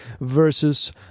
versus